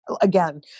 Again